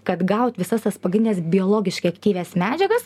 kad gaut visas tas pagrindines biologiškai aktyvias medžiagas